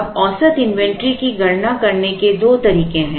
अब औसत इन्वेंट्री की गणना करने के दो तरीके हैं